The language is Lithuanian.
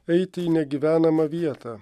eiti į negyvenamą vietą